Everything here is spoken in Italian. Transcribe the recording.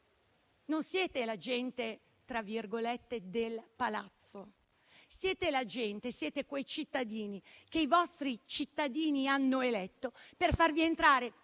Non siete la gente del Palazzo: siete la gente, siete quei cittadini che i vostri cittadini hanno eletto per far rientrare